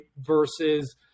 versus